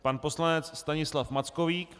Pan poslanec Stanislav Mackovík.